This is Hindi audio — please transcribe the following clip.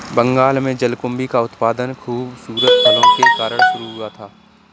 बंगाल में जलकुंभी का उत्पादन खूबसूरत फूलों के कारण शुरू हुआ था